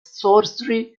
sorcery